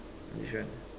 which one